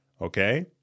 Okay